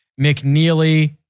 McNeely